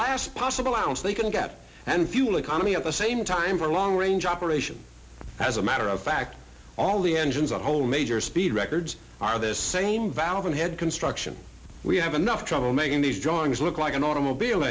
last possible ounce they can get and fuel economy at the same time for long range operation as a matter of fact all the engines are whole major speed records are this same valve and head construction we have enough trouble making these drawings look like an automobile